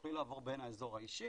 תוכלי לעבור בין האזור האישי